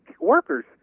workers